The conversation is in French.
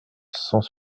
cent